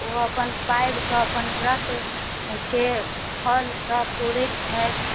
ओ अपन पाबि कऽ अपन व्रतके फल सऽ तोड़ै छथि